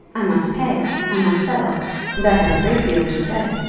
i must pay i must settle and i have a great deal to say.